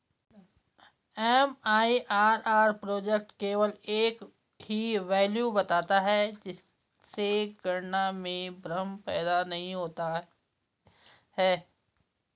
MIRR project केवल एक ही वैल्यू बताता है जिससे गणना में भ्रम पैदा नहीं होता है